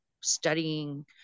studying